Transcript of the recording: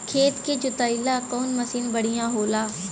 खेत के जोतईला कवन मसीन बढ़ियां होला?